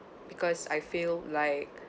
because I feel like